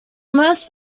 most